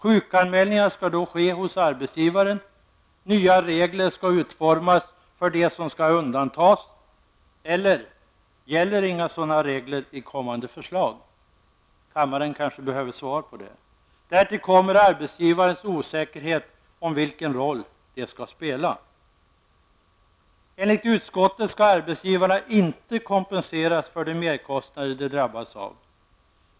Sjukanmälningarna skall då ske hos arbetsgivaren. Nya regler skall utformas för dem som skall undantas. Eller gäller inga sådana regler i kommande förslag? Kammaren kanske behöver svar på det. Därtill kommer arbetsgivarnas osäkerhet om vilken roll de skall spela. Enligt utskottet skall arbetsgivarna inte kompenseras för de merkostnader de drabbas av.